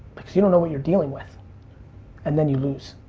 because you don't know what you're dealing with and then you lose.